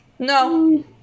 No